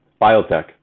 biotech